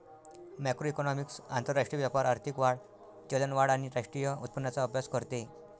macroeconomics आंतरराष्ट्रीय व्यापार, आर्थिक वाढ, चलनवाढ आणि राष्ट्रीय उत्पन्नाचा अभ्यास करते